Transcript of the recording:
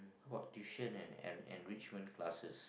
about tuition and en~ enrichment classes